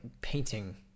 painting